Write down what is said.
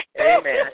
Amen